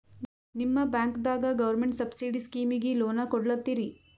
ನಿಮ ಬ್ಯಾಂಕದಾಗ government subsidy ಸ್ಕೀಮಿಗಿ ಲೊನ ಕೊಡ್ಲತ್ತೀರಿ?